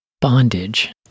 bondage